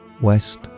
west